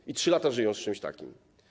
I 3 lata żyją z czymś takim.